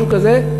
משהו כזה,